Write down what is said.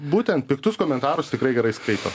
būtent piktus komentarus tikrai gerai skaito